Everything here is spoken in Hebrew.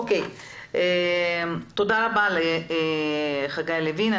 תודה רבה לפרופסור חגי לוין.